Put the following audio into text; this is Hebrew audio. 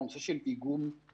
על נושא של איגום משאבים,